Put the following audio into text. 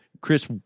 Chris